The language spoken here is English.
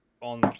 on